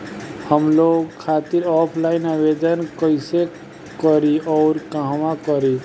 हम लोन खातिर ऑफलाइन आवेदन कइसे करि अउर कहवा करी?